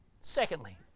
Secondly